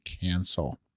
cancel